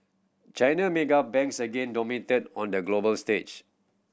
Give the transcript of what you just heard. China mega banks again dominated on the global stage